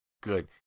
Good